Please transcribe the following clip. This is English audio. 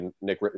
Nick